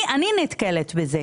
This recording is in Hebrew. אני נתקלת בזה.